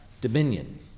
dominion